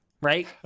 right